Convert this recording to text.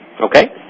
Okay